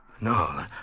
No